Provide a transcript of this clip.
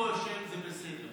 לא, אני פה יושב, זה בסדר.